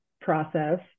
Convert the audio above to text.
process